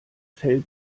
fell